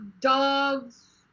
dogs